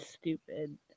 stupid